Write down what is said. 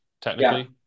technically